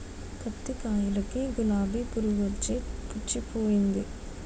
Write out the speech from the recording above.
పత్తి కాయలకి గులాబి పురుగొచ్చి పుచ్చిపోయింది